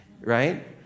right